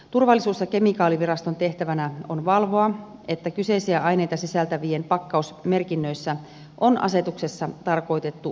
turvallisuus ja kemikaaliviraston tehtävänä on valvoa että kyseisiä aineita sisältävien kemikaalien pakkausmerkinnöissä on asetuksessa tarkoitettu merkintä